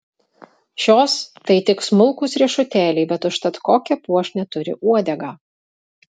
šios tai tik smulkūs riešutėliai bet užtat kokią puošnią turi uodegą